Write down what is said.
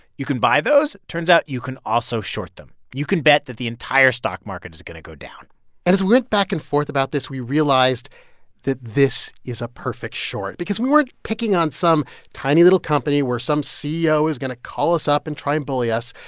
you can buy those. turns out you can also short them. you can bet that the entire stock market is going to go down and as we went back-and-forth about this, we realized that this is a perfect short because we weren't picking on some tiny, little company where some ceo is going to call us up and try and bully us.